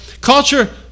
culture